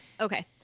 Okay